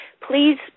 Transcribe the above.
please